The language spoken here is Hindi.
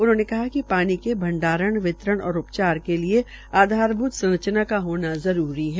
उन्होंने कहा कि पानी के भंडारण वितरण और उपचार के लिए आधारभूत संरखना का होना जरूरी है